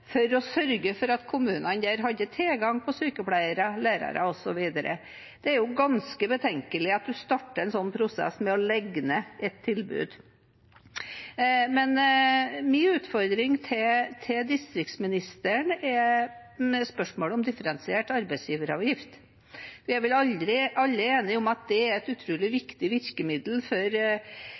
for å sørge for at kommunene der hadde tilgang på sykepleiere, lærere osv. Det er ganske betenkelig at en starter en sånn prosess med å legge ned et tilbud. Men min utfordring til distriktsministeren er spørsmålet om differensiert arbeidsgiveravgift. Vi er vel alle enige om at det er et utrolig virkemiddel for